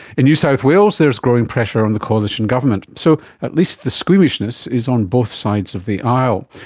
in new south wales there is growing pressure on the coalition government. so at least the squeamishness is on both sides of the aisle.